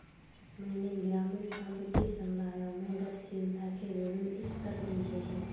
मैंने ग्रामीण काव्य कि समुदायों में गतिशीलता के विभिन्न स्तर देखे हैं